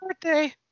birthday